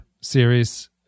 series